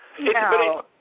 No